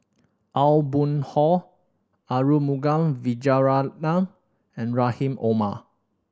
Aw Boon Haw Arumugam Vijiaratnam and Rahim Omar